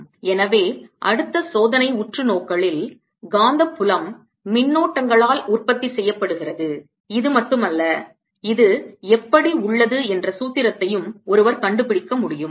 எனவே அடுத்த சோதனை உற்றுநோக்கலில் காந்தப் புலம் மின்னோட்டங்களால் உற்பத்தி செய்யப்படுகிறது இது மட்டுமல்ல இது எப்படி உள்ளது என்ற சூத்திரத்தையும் ஒருவர் கண்டுபிடிக்க முடியும்